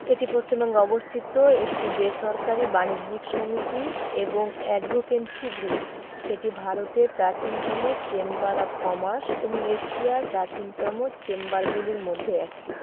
এটি পশ্চিমবঙ্গে অবস্থিত একটি বেসরকারি বাণিজ্যিক সমিতি এবং অ্যাডভোকেন্সি গ্রুপ এটি ভারতের প্রাচীনতম চেম্বার অব কমার্স এবং এশিয়ার প্রাচীনতম চেম্বারগুলির মধ্যে একটি